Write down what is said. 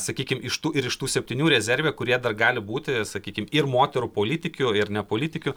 sakykim iš tų ir iš tų septynių rezerve kurie dar gali būti sakykim ir moterų politikių ir ne politikių